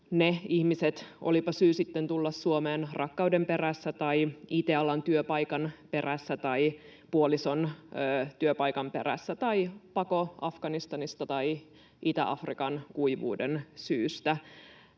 ihmisinä, olipa syy tulla Suomeen se, että tuli rakkauden perässä tai it-alan työpaikan perässä tai puolison työpaikan perässä, tai pako Afganistanista tai Itä-Afrikan kuivuudesta.